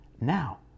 now